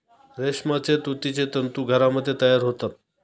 रेशमाचे तुतीचे तंतू घरामध्ये तयार होतात